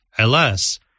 Alas